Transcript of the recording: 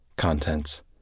contents